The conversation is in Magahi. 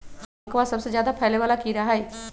दीमकवा सबसे ज्यादा फैले वाला कीड़ा हई